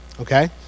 okay